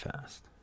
fast